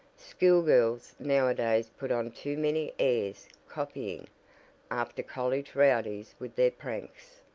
school girls now-a-days put on too many airs copyin' after college rowdies with their pranks!